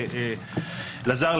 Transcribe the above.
אלעזר,